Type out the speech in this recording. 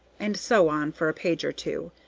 and so on, for a page or two.